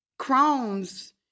Crohn's